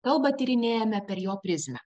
kalbą tyrinėjame per jo prizmę